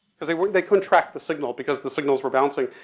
cause they couldn't they couldn't track the signal because the signals were bouncing.